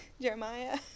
Jeremiah